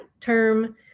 term